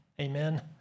Amen